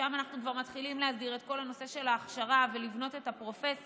שם אנחנו כבר מתחילים להסדיר את כל הנושא של ההכשרה ולבנות את הפרופסיה,